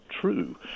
true